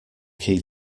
key